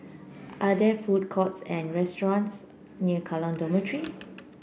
are there food courts and restaurants near Kallang Dormitory